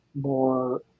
more